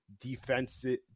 defensive